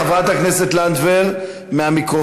חברת הכנסת לנדבר מהמיקרופון,